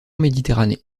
méditerranée